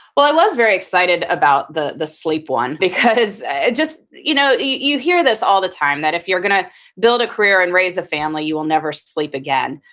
well, i was very excited about the the sleep one because it just, you know you hear this all the time that if you're going to build a career and raise a family, you will never sleep again.